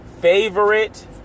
favorite